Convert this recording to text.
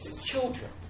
Children